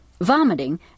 vomiting